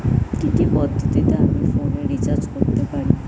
কি কি পদ্ধতিতে আমি ফোনে রিচার্জ করতে পারি?